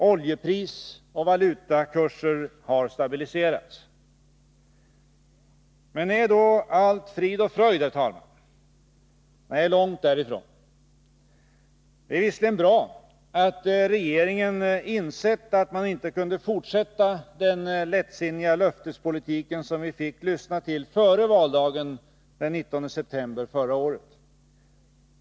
Oljepris och valutakurser har stabiliserats. Men är då allt frid och fröjd, herr talman? Nej, långt därifrån. Det är visserligen bra att regeringen insett att man inte kunde fortsätta den lättsinniga löftespolitik som vi fick lyssna till före valdagen den 19 september förra året.